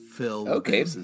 Okay